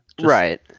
right